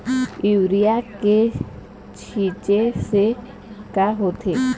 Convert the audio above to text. Urea के छींचे से का होथे?